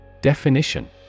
Definition